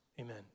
Amen